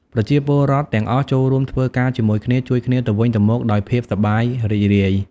ប្រជាពលរដ្ឋទាំងអស់ចូលរួមធ្វើការជាមួយគ្នា ជួយគ្នាទៅវិញទៅមកដោយភាពសប្បាយរីករាយ។